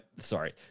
sorry